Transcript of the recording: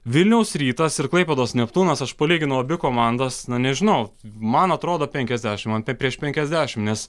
vilniaus rytas ir klaipėdos neptūnas aš palyginau abi komandas na nežinau man atrodo penkiasdešimt ant prieš penkiasdešimt nes